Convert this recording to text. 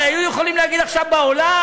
הרי היו יכולים להגיד עכשיו בעולם,